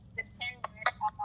dependent